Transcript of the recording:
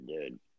dude